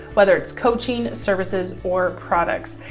whether it's coaching services or products.